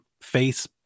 face